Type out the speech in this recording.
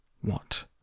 What